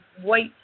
white